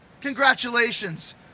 Congratulations